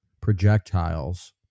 projectiles